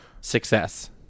success